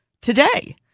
today